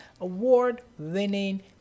award-winning